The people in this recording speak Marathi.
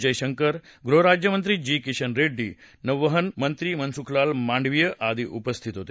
जयशंकर गृहराज्यमंत्री जी किशन रेङ्डी नौवहनमंत्री मनसुखलाल मांडवीय आदी उपस्थित होते